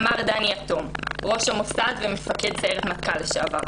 אמר דני יתום, ראש המוסד ומפקד סיירת מטכ"ל לשעבר: